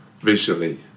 visually